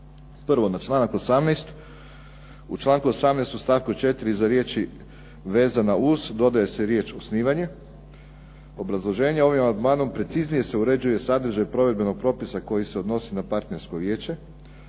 Prvo na članak 18. U članku 18. u stavku 4. iza riječi "vezana uz" dodaje se riječ: "osnivanje". Obrazloženje. Ovim amandmanom preciznije se uređuje sadržaj provedbenog propisa koji se odnosi na partnersko vijeće.